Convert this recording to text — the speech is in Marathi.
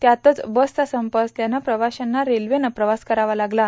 त्यातच बसचा संप असल्यनं प्रवाश्यांना रेल्वेनं प्रवास करावा लागत आहे